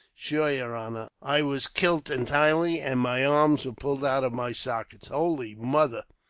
shure, yer honor, i was kilt entirely, and my arms were pulled out of my sockets. holy mother,